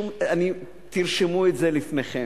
תרשמו את זה לפניכם,